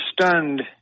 stunned